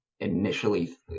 Initially